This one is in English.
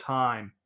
time